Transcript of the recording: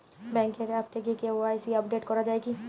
ব্যাঙ্কের আ্যপ থেকে KYC update করা যায় কি?